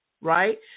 right